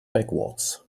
backwards